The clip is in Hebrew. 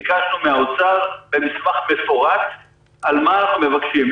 ביקשנו מהאוצר במסמך מפורט על מה אנחנו מבקשים.